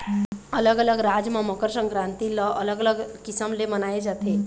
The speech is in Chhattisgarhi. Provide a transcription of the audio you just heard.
अलग अलग राज म मकर संकरांति ल अलग अलग किसम ले मनाए जाथे